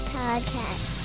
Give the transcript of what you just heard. podcast